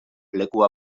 leku